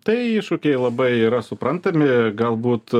tai iššūkiai labai yra suprantami galbūt